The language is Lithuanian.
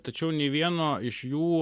tačiau nei vieno iš jų